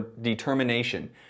determination